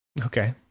Okay